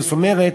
זאת אומרת,